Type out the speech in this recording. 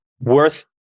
worth